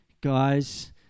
guys